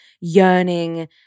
yearning